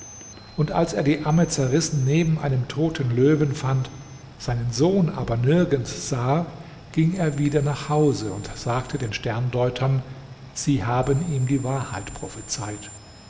und als er die amme zerrissen neben einem toten löwen fand seinen sohn aber nirgends sah ging er wieder nach hause und sagte den sterndeutern sie haben ihm die wahrheit prophezeit